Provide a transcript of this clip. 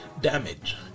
damage